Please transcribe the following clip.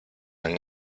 han